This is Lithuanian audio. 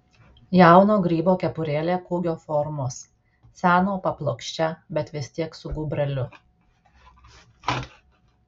jauno grybo kepurėlė kūgio formos seno paplokščia bet vis tiek su gūbreliu